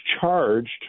charged